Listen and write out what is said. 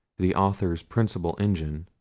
the author's principal engine,